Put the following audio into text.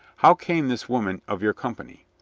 how came this woman of your company?